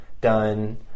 done